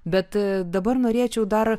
bet dabar norėčiau dar